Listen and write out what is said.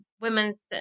women's